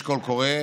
יש קול קורא,